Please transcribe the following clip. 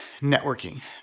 networking